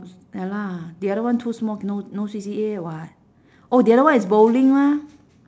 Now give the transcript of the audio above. ya lah the other one too small no no C_C_A [what] oh the other one is bowling mah